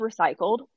recycled